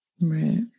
Right